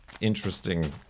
interesting